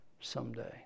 someday